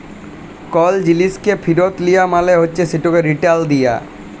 call জিলিসকে ফিরত লিয়া মালে হছে সেটকে রিটার্ল ক্যরা